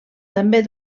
també